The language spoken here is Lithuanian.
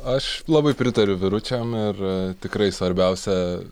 aš labai pritariu vyručiam ir tikrai svarbiausia